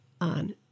on